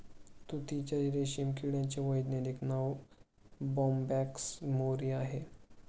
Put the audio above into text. तुतीच्या रेशीम किड्याचे वैज्ञानिक नाव बोंबॅक्स मोरी आहे